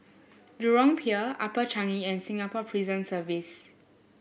Jurong Pier Upper Changi and Singapore Prison Service